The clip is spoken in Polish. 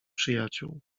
przyjaciół